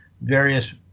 various